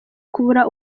kubura